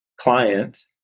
client